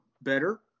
better